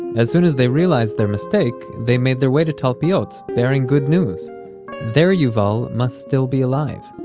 as soon as they realized their mistake, they made their way to talpiot, bearing good news their yuval must still be alive